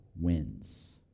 wins